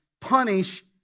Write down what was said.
punish